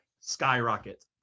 skyrocket